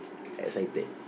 excited